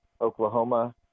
Oklahoma